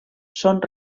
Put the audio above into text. són